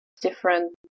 different